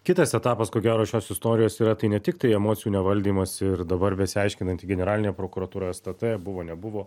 kitas etapas ko gero šios istorijos yra tai ne tiktai emocijų nevaldymas ir dabar besiaiškinanti generalinė prokuratūra stt buvo nebuvo